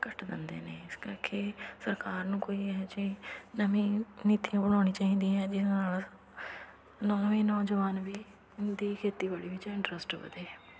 ਘੱਟ ਦਿੰਦੇ ਨੇ ਇਸ ਕਰਕੇ ਸਰਕਾਰ ਨੂੰ ਕੋਈ ਇਹੋ ਜਿਹੀ ਨਵੀਂ ਨੀਤੀ ਬਣਾਉਣੀ ਚਾਹੀਦੀ ਹੈ ਜਿਸ ਨਾਲ ਨਵੇਂ ਨੌਜਵਾਨ ਵੀ ਹੁਣ ਦੀ ਖੇਤੀਬਾੜੀ ਵਿੱਚ ਇੰਟਰਸਟ ਵਧੇ